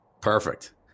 Perfect